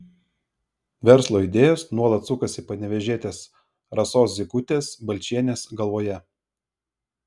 verslo idėjos nuolat sukasi panevėžietės rasos zykutės balčienės galvoje